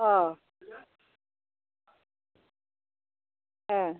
अह